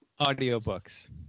Audiobooks